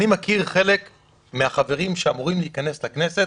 אני מכיר חלק מהחברים שאמורים להיכנס לכנסת